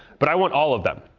but i want all of them.